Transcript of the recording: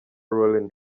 lauryn